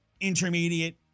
intermediate